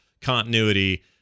continuity